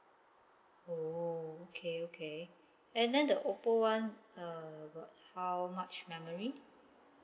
oh okay okay and then the oppo [one] uh got how much memory